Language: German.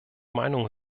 meinung